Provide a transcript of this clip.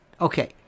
Okay